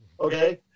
Okay